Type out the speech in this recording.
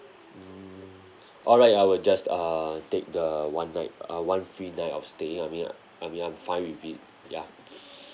mm alright I will just err take the one night uh one free night of stay I mean I I mean I'm fine with it ya